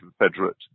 Confederate